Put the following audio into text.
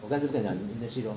我上次跟你讲 internship lor